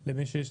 סליחה.